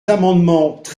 amendements